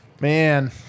Man